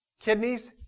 kidneys